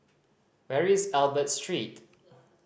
where is Albert Street